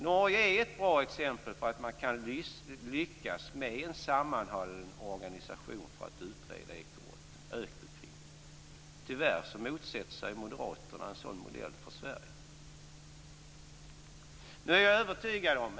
Norge är ett bra exempel på att det går att lyckas med en sammanhållen organisation för att utreda ekobrotten - Økokrim. Tyvärr motsätter sig Moderaterna en sådan modell för Sverige.